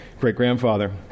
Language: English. great-grandfather